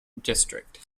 district